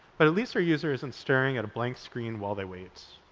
but at least our user isn't staring at a blank screen while they wait.